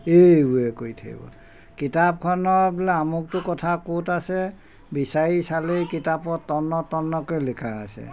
এইবোৰে কৰি থাকিব কিতাপখনৰ বোলে আমুকতো কথা ক'ত আছে বিচাৰি চালেই কিতাপত তন্ন তন্নকৈ লিখা আছে